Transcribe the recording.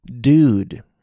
Dude